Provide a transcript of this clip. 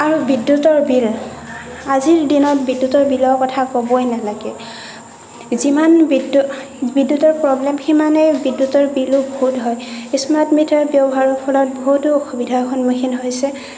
আৰু বিদ্যুতৰ বিল আজিৰ দিনত বিদ্যুতৰ বিলৰ কথা ক'বই নালাগে যিমান বিদ্যুত বিদ্যুতৰ প্ৰব্লেম সিমানেই বিদ্যুতৰ বিলো বহুত হয় স্মাৰ্ট মিটাৰ ব্যৱহাৰৰ ফলত বহুতো অসুবিধাৰ সন্মুখীন হৈছে